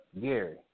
Gary